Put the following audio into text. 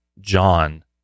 John